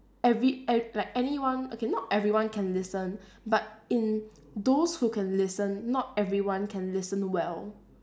every ev~ like anyone okay not everyone can listen but in those who can listen not everyone can listen well